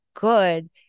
good